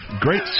Great